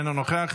אינו נוכח,